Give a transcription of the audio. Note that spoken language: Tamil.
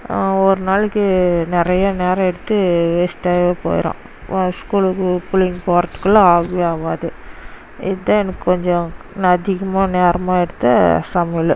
ஒரு நாளைக்கு நிறையா நேரம் எடுத்து வேஸ்ட்டாகவே போய்ரும் ஸ்கூலுக்கு பிள்ளைங் போறத்துக்குள்ளே ஆவவே ஆவாது இதான் எனக்கு கொஞ்சம் நான் அதிகமாக நேரமாக எடுத்த சமையல்